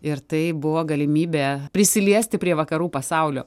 ir tai buvo galimybė prisiliesti prie vakarų pasaulio